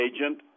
agent